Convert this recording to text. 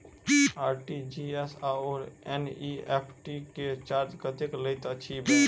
RTGS आओर NEFT मे charge कतेक लैत अछि बैंक?